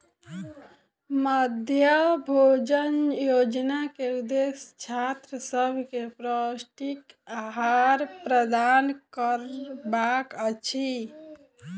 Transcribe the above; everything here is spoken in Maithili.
मध्याह्न भोजन योजना के उदेश्य छात्र सभ के पौष्टिक आहार प्रदान करबाक अछि